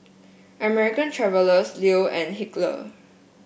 American Traveller Leo and Hilker